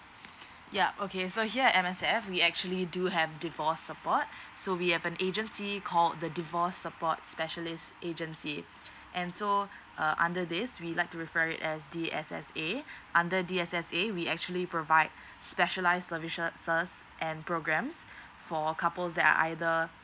ya okay so here at M_S_F we actually do have divorced support so we have an agency called the divorce support specialist agency and so uh under this we like to refer it as D_S_S_A under D_S_S_A we actually provide specialise services and programs for couples that are either